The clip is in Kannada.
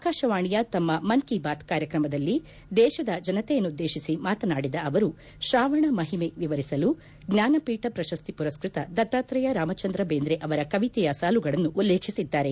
ಆಕಾಶವಾಣಿಯ ಮನ್ ಕೀ ಬಾತ್ ಕಾರ್ಯಕ್ರಮದಲ್ಲಿ ದೇತದ ಜನತೆಯನ್ನುದ್ದೇತಿಸಿ ಮಾತನಾಡಿದ ಅವರು ಶ್ರಾವಣದ ಮಹಿಮೆ ವಿವರಿಸಲು ಜ್ಞಾನಪೀಠ ಪ್ರಶಸ್ತಿ ಪುರಸ್ಟತ ದತ್ತಾತ್ರೇಯ ರಾಮಚಂದ್ರ ಬೇಂದ್ರ ಅವರ ಕವಿತೆಯ ಸಾಲುಗಳನ್ನು ಉಲ್ಲೇಖಿಸಿದ್ದಾರೆ